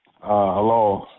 Hello